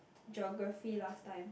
Geography last time